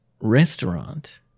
restaurant